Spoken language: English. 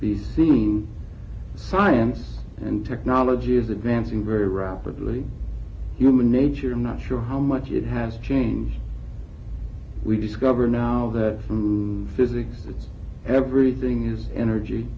the scene science and technology is advancing very rapidly human nature i'm not sure how much it has changed we discover now that some physics and everything is energy